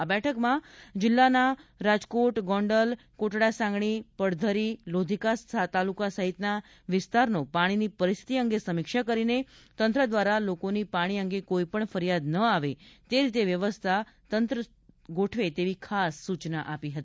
આ બેઠકમાં જિલ્લાના રાજકોટગોંડલ કોટડાસાંગાણી પડધરી લોધીકા તાલુકા સહીતના વિસ્તારનો પાણીની પરિસ્થિત અંગે સમિક્ષા કરીને તંત્ર દ્વારા લોકોની પાણી અંગે કોઇ પણ ફરિયાદ ન આવે તે રીતે વ્યવસ્થા તંત્ર ગોઠવવા ખાસ સુચના આપી હતી